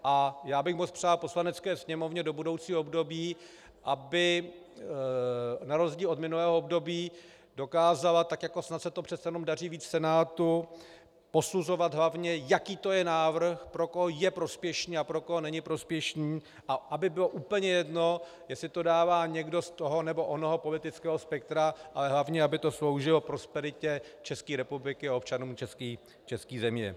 A já bych moc přál Poslanecké sněmovně do budoucího období, aby na rozdíl od minulého období dokázala, tak jako se to přece jenom daří víc v Senátu, posuzovat hlavně, jaký to je návrh, pro koho je prospěšný a pro koho není prospěšný, a aby bylo úplně jedno, jestli to dává někdo z toho nebo onoho politického spektra, ale hlavně aby to sloužilo prosperitě České republiky a občanům české země.